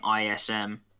ISM